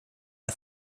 der